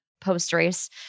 post-race